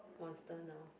monster now